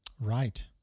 Right